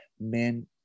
men